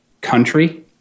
country